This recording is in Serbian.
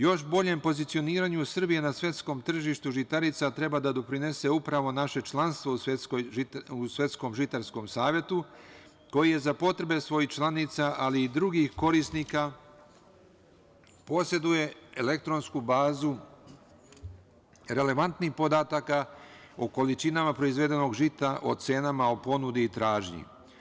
Još boljem pozicioniranju Srbije na svetskom tržištu žitarica treba da doprinese upravo naše članstvo u svetskom žitarskom Savetu, koji je za potrebe svojih članica ali i drugih korisnika poseduje elektronsku bazu relevantnih podataka o količinama proizvedenog žita o cenama, o ponudi i tražnji.